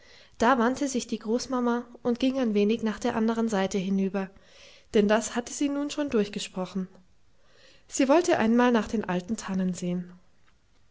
da wandte sich die großmama und ging ein wenig nach der andern seite hinüber dann das hatte sie nun schon durchgesprochen sie wollte einmal nach den alten tannen sehen